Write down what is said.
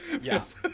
Yes